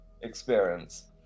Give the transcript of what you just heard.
experience